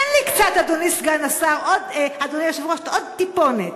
תן לי קצת, אדוני היושב-ראש, עוד טיפונת.